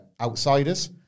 outsiders